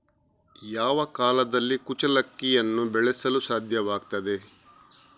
ಯಾವ ಕಾಲದಲ್ಲಿ ಕುಚ್ಚಲಕ್ಕಿಯನ್ನು ಬೆಳೆಸಲು ಸಾಧ್ಯವಾಗ್ತದೆ?